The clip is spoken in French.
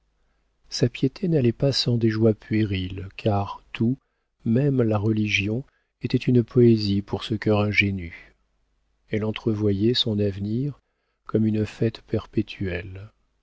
sa piété n'allait pas sans des joies puériles car tout même la religion était une poésie pour ce cœur ingénu elle entrevoyait son avenir comme une fête perpétuelle